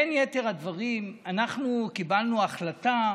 בין יתר הדברים אנחנו קיבלנו החלטה,